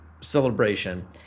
celebration